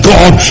God